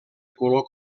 color